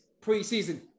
preseason